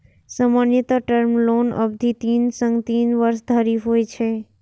सामान्यतः टर्म लोनक अवधि तीन सं तीन वर्ष धरि होइ छै